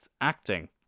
acting